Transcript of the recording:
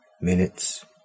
minutes